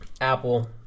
Apple